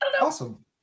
Awesome